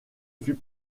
fut